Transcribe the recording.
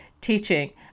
teaching